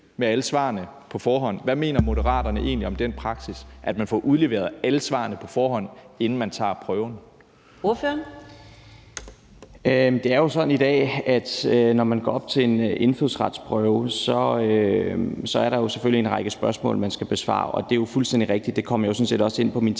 med alle svarene på forhånd. Hvad mener Moderaterne egentlig om den praksis, at man får udleveret alle svarene på forhånd, inden man tager prøven? Kl. 11:08 Fjerde næstformand (Karina Adsbøl): Ordføreren. Kl. 11:08 Mohammad Rona (M): Det er jo sådan i dag, at når man går op til en indfødsretsprøve, er der selvfølgelig en række spørgsmål, man skal besvare, og det er fuldstændig rigtigt – det kom jeg sådan set også ind på i